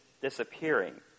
disappearing